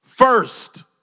first